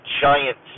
giant